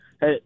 Hey